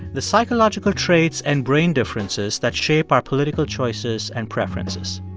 the psychological traits and brain differences that shape our political choices and preferences.